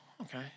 okay